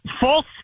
false